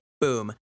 Boom